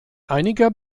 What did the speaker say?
einiger